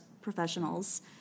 professionals